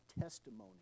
testimony